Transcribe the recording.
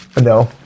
No